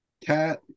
Cat